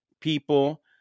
people